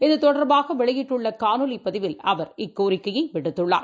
இது தொடர்பாகவெளியிட்டுள்ளகாணொலிபதிவில் அவர் இக்கோரிக்கையைவிடுத்துள்ளார்